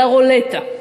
לרולטה.